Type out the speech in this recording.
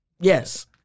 Yes